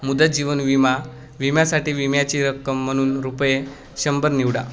मुदत जीवन विमा विम्यासाठी विम्याची रक्कम म्हणून रुपये शंभर निवडा